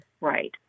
right